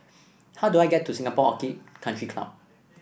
how do I get to Singapore Orchid Country Club